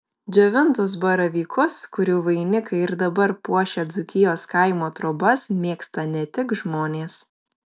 džiovintus baravykus kurių vainikai ir dabar puošia dzūkijos kaimo trobas mėgsta ne tik žmonės